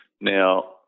Now